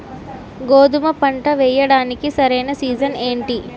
గోధుమపంట వేయడానికి సరైన సీజన్ ఏంటి?